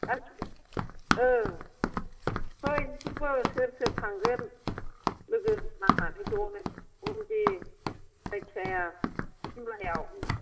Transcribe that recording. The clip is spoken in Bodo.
गासिबो ओं फै नोंसोरबो सोर सोर थांगोन लोगो नांनानै जनो दे जायखिजाया सिमलायाव